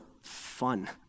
fun